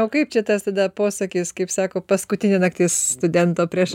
o kaip čia tas tada posakis kaip sako paskutinė naktis studento prieš